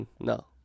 No